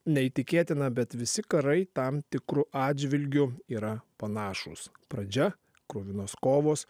neįtikėtina bet visi karai tam tikru atžvilgiu yra panašūs pradžia kruvinos kovos